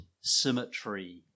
symmetry